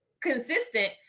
consistent